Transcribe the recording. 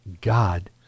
God